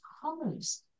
colors